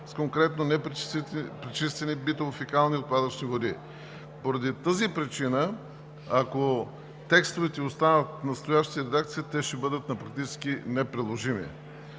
с конкретно непречистени битово-фекални отпадъчни води. Поради тази причина, ако текстовете останат в настоящата редакция, те ще бъдат практически неприложими.